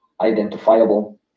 identifiable